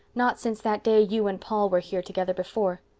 not since that day you and paul were here together before.